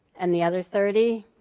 and the other thirty,